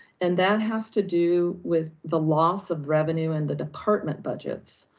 and that has to do with the loss of revenue and the department budgets.